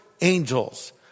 angels